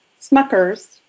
Smuckers